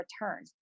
return